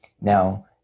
Now